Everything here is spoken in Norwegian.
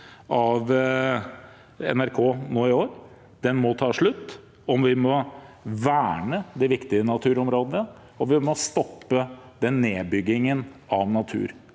av NRK nå i år, må ta slutt, og vi må verne de viktige naturområdene, og vi må stoppe denne nedbyggingen av natur.